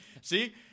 see